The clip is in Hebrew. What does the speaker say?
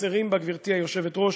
וחסרים בה, גברתי היושבת-ראש,